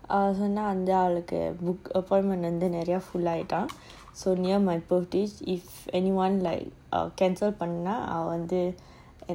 அவன்சொன்னஅந்தஅவளுக்கு:avan sonna andha avaluku appointment and then நெறய:neraya full ஆயிட்டாம்:ayitam so near my birthday if anyone like err cancel பண்ணலாம்அவவந்து:pannalam ava vandhu add a slot in